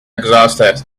exhausted